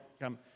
come